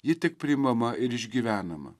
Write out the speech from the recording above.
ji tik priimama ir išgyvenama